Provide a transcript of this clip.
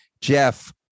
Jeff